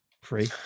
free